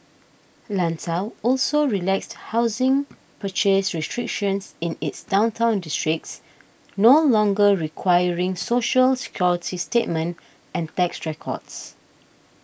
Lanzhou also relaxed housing purchase restrictions in its downtown districts no longer requiring Social Security statement and tax records